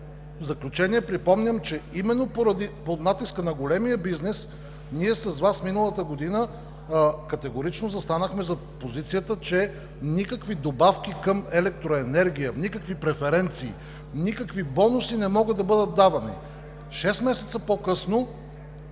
В заключение припомням, че именно под натиска на големия бизнес ние с Вас миналата година категорично застанахме зад позицията, че никакви добавки към електроенергия, никакви преференции, никакви бонуси не могат да бъдат давани. Шест месеца по-късно